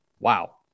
wow